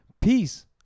Peace